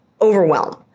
overwhelm